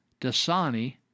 Dasani